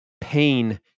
pain